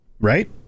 right